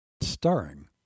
starring